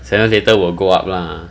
seven years later will go up lah